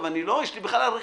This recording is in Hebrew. עושה?